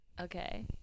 Okay